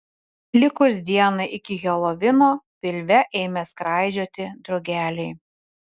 likus dienai iki helovino pilve ėmė skraidžioti drugeliai